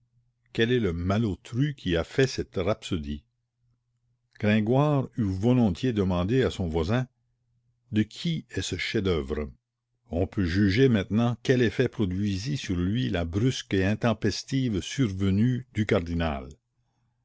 quel est le malotru qui a fait cette rapsodie gringoire eût volontiers demandé à son voisin de qui est ce chef-d'oeuvre on peut juger maintenant quel effet produisit sur lui la brusque et intempestive survenue du cardinal